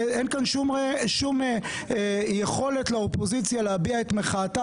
ואין כאן שום יכולת לאופוזיציה להביע את מחאתה